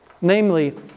Namely